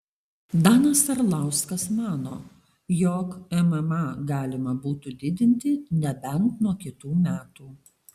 danas arlauskas mano jog mma galima būtų didinti nebent nuo kitų metų